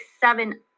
seven